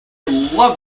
love